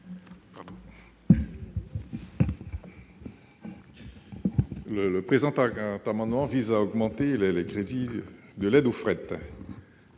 Le présent amendement vise à augmenter le montant de l'aide au fret.